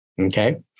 Okay